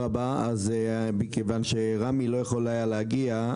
מכיוון שרמי לא יכול היה להגיע,